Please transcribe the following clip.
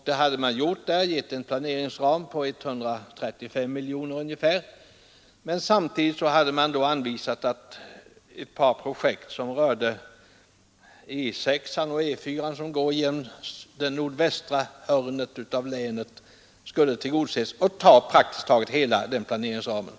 Nu hade vägverket uppställt en planeringsram på ungefär 135 miljoner kronor, men samtidigt sades det ifrån att ett par projekt som rörde E 6 och E 4 — som går i det nordvästra hörnet av länet — först skulle komma till utförande. Och det skulle ta hela anslaget inom den planeringsramen!